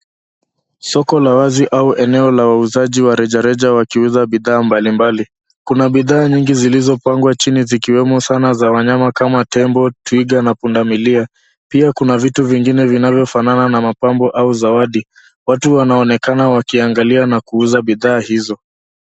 Soko la wazi au eneo la wauzaji wa reja reja wakiuza bidhaa mbali mbali. Kuna bidhaa nyingi zilizo pangwa chini zikiwemo zana za wanyama kama tembo twiga na punda milia. Pia kuna vitu vingine vinavyo fanana na mapambo au zawadi. Watu wanaonekana wakiangalia na kuuza bidhaa hizo.